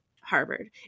Harvard